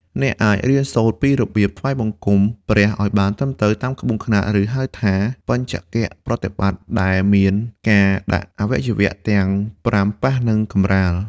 អ្នកអាចរៀនសូត្រពីរបៀបថ្វាយបង្គំព្រះឱ្យបានត្រឹមត្រូវតាមក្បួនខ្នាត ឬហៅថា «បញ្ចង្គប្រណិប័ត» ដែលមានការដាក់អវយវៈទាំងប្រាំប៉ះនឹងកម្រាល។